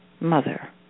mother